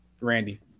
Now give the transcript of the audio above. randy